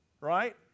right